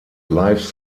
life